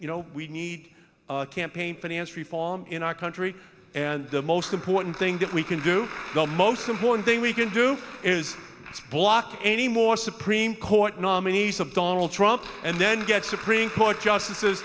you know we need campaign finance reform in our country and the most important thing that we can do the most important thing we can do is block any more supreme court nominees of donald trump and then get supreme court justices